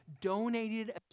donated